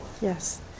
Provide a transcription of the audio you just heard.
Yes